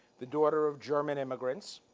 the daughter of german immigrants.